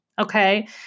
Okay